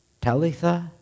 Talitha